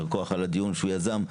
יישר כוח על הדיון שהוא יזם,